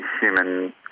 human